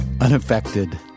unaffected